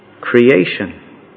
creation